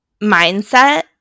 mindset